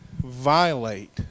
violate